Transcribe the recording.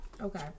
Okay